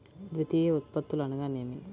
ద్వితీయ ఉత్పత్తులు అనగా నేమి?